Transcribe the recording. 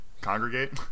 Congregate